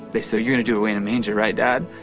they said you're gonna do away in a manger, right dad?